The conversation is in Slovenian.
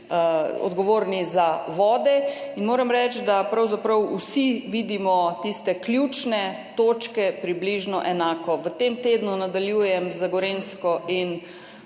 odgovorni za vode, in moram reči, da pravzaprav vsi vidimo tiste ključne točke približno enako. V tem tednu nadaljujem z Gorenjsko in